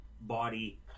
body